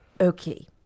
okay